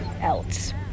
else